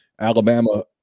Alabama